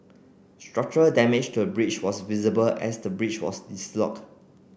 structural damage to the bridge was visible as the bridge was dislodge